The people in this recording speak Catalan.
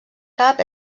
cap